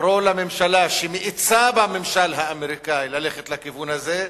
לקרוא לממשלה שמאיצה בממשל האמריקני ללכת לכיוון הזה,